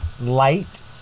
light